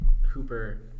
Hooper